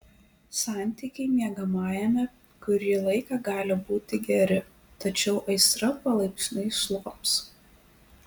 santykiai miegamajame kurį laiką gali būti geri tačiau aistra palaipsniui slops